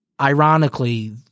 ironically